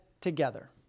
together